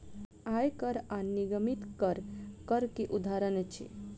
आय कर आ निगमित कर, कर के उदाहरण अछि